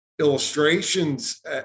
illustrations